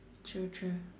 true true